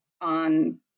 on